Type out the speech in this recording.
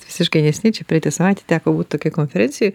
visiškai neseniai čia praeitą savaitę teko būt tokioj konferencijoj